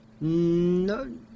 no